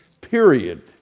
period